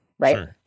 Right